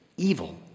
evil